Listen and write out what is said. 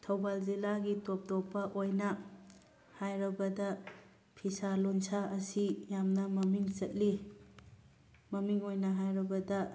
ꯊꯧꯕꯥꯜ ꯖꯤꯂꯥꯒꯤ ꯇꯣꯞ ꯇꯣꯞꯄ ꯑꯣꯏꯅ ꯍꯥꯏꯔꯕꯗ ꯐꯤꯁꯥ ꯂꯣꯟꯁꯥ ꯑꯁꯤ ꯌꯥꯝꯅ ꯃꯃꯤꯡ ꯆꯠꯂꯤ ꯃꯃꯤꯡ ꯑꯣꯏꯅ ꯍꯥꯏꯔꯕꯗ